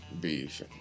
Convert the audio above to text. beef